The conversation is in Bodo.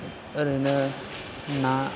ओरैनो ना